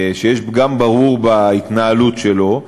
שיש פגם ברור בהתנהלות שלו,